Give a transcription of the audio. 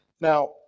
Now